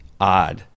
odd